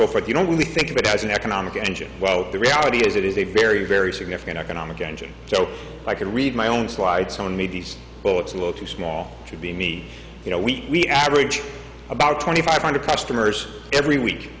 so forth you don't really think of it as an economic engine well the reality is it is a very very significant economic engine so i can read my own slides on midis well it's a little too small to be me you know we average about twenty five hundred customers every week